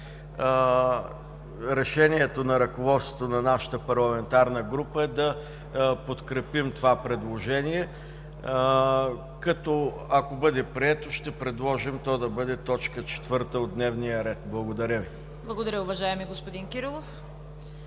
решението на ръководството на нашата парламентарна група е да подкрепим това предложение. Ако бъде прието, ще предложим то да бъде точка четвърта от дневния ред. Благодаря Ви. ПРЕДСЕДАТЕЛ ЦВЕТА КАРАЯНЧЕВА: Благодаря Ви, уважаеми господин Кирилов.